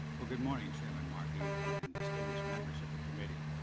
well, good morning, chairman markey and distinguished members of the committee.